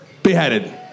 beheaded